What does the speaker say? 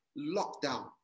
lockdown